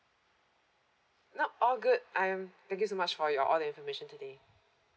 nope all good I'm thank you so much for your all the information today